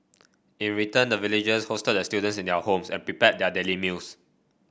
in return the villagers hosted the students in their homes and prepared their daily meals